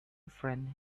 friend